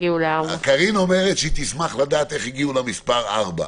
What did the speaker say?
קארין אומרת שהיא תשמח לדעת איך הגיעו למספר ארבע.